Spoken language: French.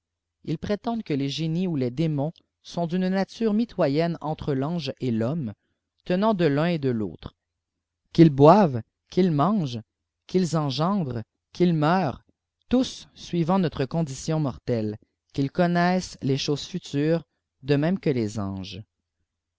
il prétend que les génies où les démons sont d'une nature mitoyenne entre fange et l'homme tenant de l'un et de l'autre qu'ils boivent qu'ils mangent outils engendrent qu'ils meurent tous suivant notre condition mortelle qu'ils connaissent les choses futures de même que les anges